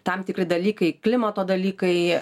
tam tikri dalykai klimato dalykai